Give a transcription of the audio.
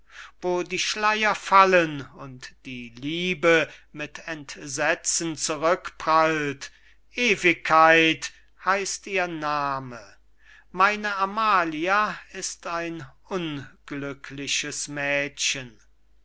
wo die schleyer hinwegfallen und die liebe sich schrecklich wiederfindet ewigkeit heißt ihr name meine amalia ist ein unglückliches mädchen